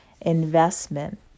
investment